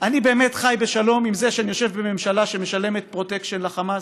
אני באמת חי בשלום עם זה שאני יושב בממשלה שמשלמת פרוטקשן לחמאס?